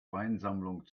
weinsammlung